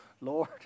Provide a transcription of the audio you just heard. Lord